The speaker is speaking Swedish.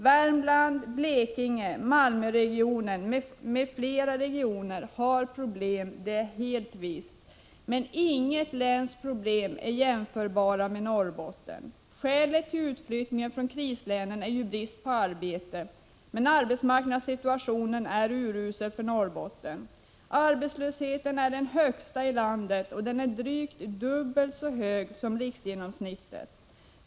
Värmland, Blekinge, Malmöregionen m.fl. regioner har problem — det är helt visst. Men inget läns problem är jämförbara med Norrbottens. Skälet till utflyttningen från krislänen är ju brist på arbete. Arbetsmarknadssituationen för Norrbotten är urusel. Arbetslösheten är den högsta i landet. Den är drygt dubbelt så hög som riksgenomsnittet.